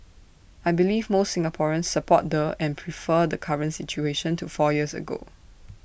I believe most Singaporeans support the and prefer the current situation to four years ago